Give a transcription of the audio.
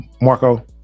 Marco